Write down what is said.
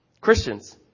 Christians